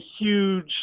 huge